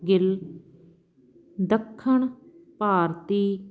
ਗਿੱਲ ਦੱਖਣ ਭਾਰਤੀ